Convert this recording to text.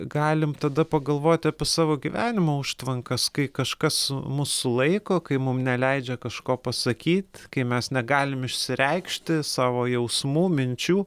galim tada pagalvoti apie savo gyvenimo užtvankas kai kažkas mus sulaiko kai mum neleidžia kažko pasakyt kai mes negalim išsireikšti savo jausmų minčių